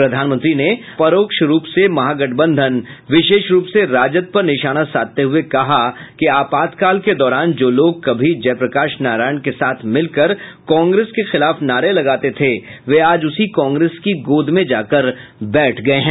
प्रधानमंत्री ने परोक्ष रूप से महागठबंधन विशेष रूप से राजद पर निशाना साधते हुये कहा कि आपातकाल के दौरान जो लोग कभी जयप्रकाश नारायण के साथ मिलकर कांग्रेस के खिलाफ नारे लगाते थे वे आज उसी कांग्रेस की गोद में जाकर बैठ गये हैं